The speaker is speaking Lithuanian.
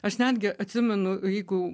aš netgi atsimenu jeigu